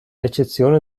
eccezione